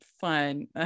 fun